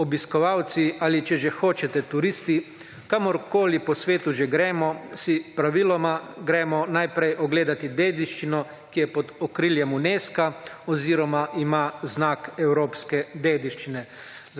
obiskovalci ali če že hočete, turisti, kamorkoli po svetu že gremo, si praviloma gremo najprej ogledati dediščino, ki je pod okriljem UNESCA oziroma ima znak evropske dediščine.